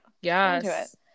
Yes